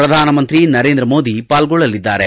ಪ್ರಧಾನಮಂತ್ರಿ ನರೇಂದ್ರ ಮೋದಿ ಪಾಲ್ಗೊಳ್ಳಲಿದ್ದಾರೆ